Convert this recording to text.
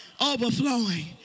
Overflowing